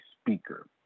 speaker